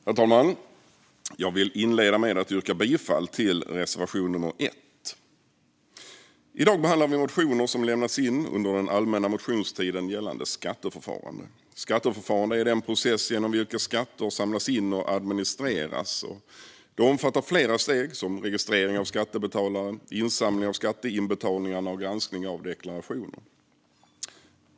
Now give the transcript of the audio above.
Herr talman! Jag vill inleda med att yrka bifall till reservation nummer 1. I dag behandlar vi motioner som lämnats in under den allmänna motionstiden gällande skatteförfarande. Skatteförfarande är den process genom vilken skatter samlas in och administreras. Det omfattar flera steg som registrering av skattebetalare, insamling av skatteinbetalningar och granskning av deklarationer.